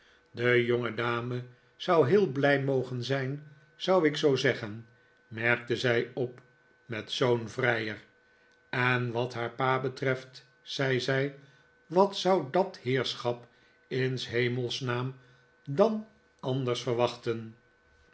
de jongedame zou heel blij mogen zijn zou ik zoo zeggen merkte zij op met zoo'n vrijer en wat haar pa betreft zei zij wat zou dat heerschap in s hemels naam dan anders verwachten